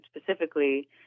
specifically